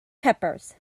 peppers